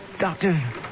Doctor